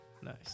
Nice